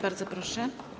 Bardzo proszę.